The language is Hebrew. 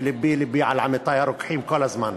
ולבי לבי על עמיתי הרוקחים כל הזמן.